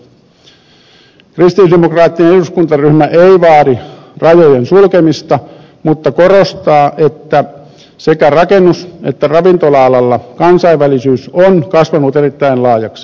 kristillisdemokraattinen eduskuntaryhmä ei vaadi rajojen sulkemista mutta korostaa että sekä rakennus että ravintola alalla kansainvälisyys on kasvanut erittäin laajaksi